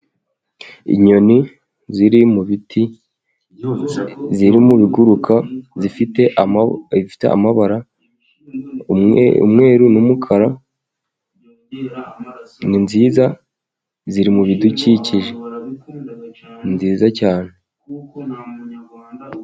Inyoni ziri mu biti ziri mu biguruka, zifite amabara, umweru n'umukara. Ni nziza ziri mubi bidukikije, ni nziza cyane.